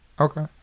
okay